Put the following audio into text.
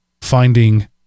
finding